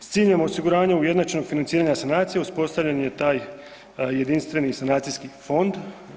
S ciljem osiguravanja ujednačenog financiranja sanacije uspostavljen je taj jedinstveni sanacijski fond.